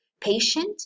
patient